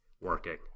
working